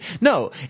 No